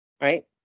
right